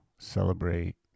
celebrate